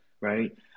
Right